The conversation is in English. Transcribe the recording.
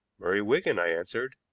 murray wigan, i answered,